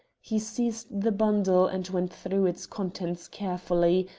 he seized the bundle and went through its contents carefully,